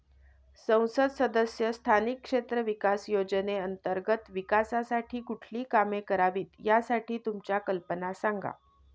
संसद सदस्य स्थानिक क्षेत्र विकास योजने अंतर्गत विकासासाठी कुठली कामे करावीत, यासाठी तुमच्या कल्पना सांगा